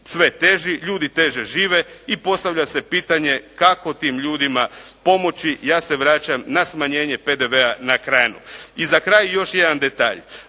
sve teži, ljudi teže žive i postavlja se pitanje kako tim ljudima pomoći. Ja se vraćam na smanjene PDV-a na hranu. I za kraj još jedan detalj.